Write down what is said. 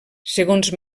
segons